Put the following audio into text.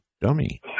dummy